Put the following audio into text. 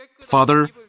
Father